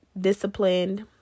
disciplined